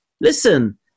listen